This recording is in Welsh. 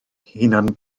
hunan